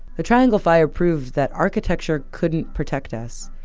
the triangle fire proved that architecture couldn't protect us.